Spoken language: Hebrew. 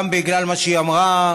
גם בגלל מה שהיא אמרה,